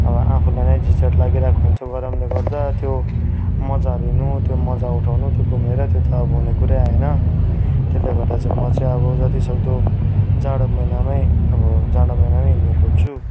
अब आफूलाई नै झिन्झेट लागिरहेको हुन्छ गरमले गर्दा त्यो मज्जा लिनु त्यो मज्जा उठाउनु त्यो घुमेर त्यो त अब हुने कुरै आएन त्यसले गर्दा चाहिँ म चाहिँ अब जति सक्दो जाडो महिनामै अब जाडो महिनामै हिँड्नु खोज्छु